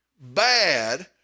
bad